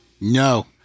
No